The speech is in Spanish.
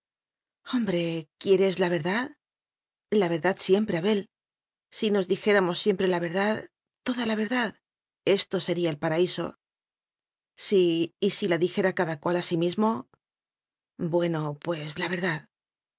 hombre quieres la verdad la verdad siempre abel si nos dijéra mos siempre la verdad toda la verdad esto sería el paraíso sí y si se la dijera cada cual a sí mismo bueno pues la verdad